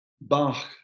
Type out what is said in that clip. Bach